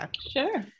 Sure